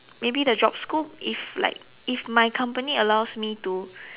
maybe the job scope if like if my company allows me to